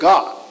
God